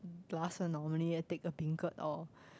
last one normally I take a beancurd or